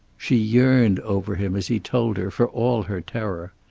she yearned over him as he told her, for all her terror.